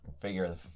figure